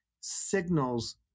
signals